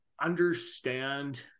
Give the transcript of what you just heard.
understand